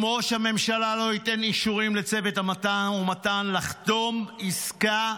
אם ראש הממשלה לא ייתן אישורים לצוות המשא ומתן לחתום עסקה,